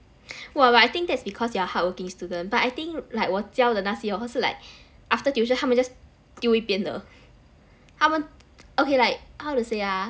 well I think that's because you're a hardworking student but I think like 我教的那些 hor 是 like after tuition 他们 just 丢一边的他们 okay like how to say ah